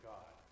God